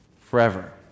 forever